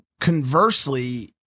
conversely